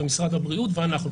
משרד הבריאות ואנחנו.